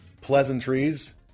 pleasantries